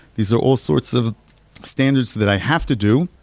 these are all sorts of standards that i have to do